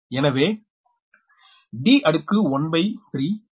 எனவே Deq பின்வருமாறு வரும் 12 12 12 இதன் அடுக்கு 1 பய் 3